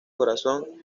corazón